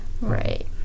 Right